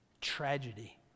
tragedy